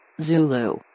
Zulu